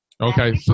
Okay